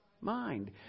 mind